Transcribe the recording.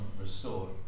restored